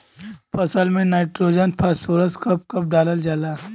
फसल में nitrogen phosphorus कब कब डालल जाला?